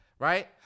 right